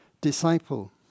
disciple